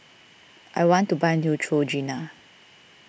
I want to buy Neutrogena